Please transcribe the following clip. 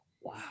Wow